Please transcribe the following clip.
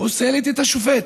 פוסלת את השופט,